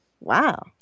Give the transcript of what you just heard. Wow